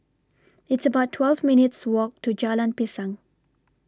It's about twelve minutes' Walk to Jalan Pisang